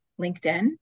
LinkedIn